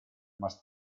must